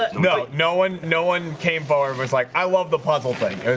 no, no one. no one came forward was like i love the puzzle thing cuz